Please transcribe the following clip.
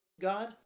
God